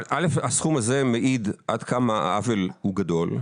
הסכום הזה מעיד עד כמה העוול הוא גדול.